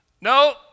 No